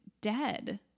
dead